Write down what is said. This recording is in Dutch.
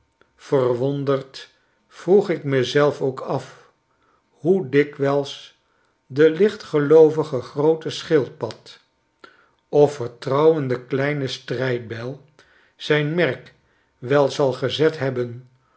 verwonderd vroegik me zelf ook af hoe dikwijls de lichtgeloovige groote schildpad of vertrouwende kleine strydbijl zijn merk wel zal gezet hebben